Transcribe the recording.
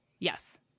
Yes